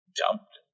jumped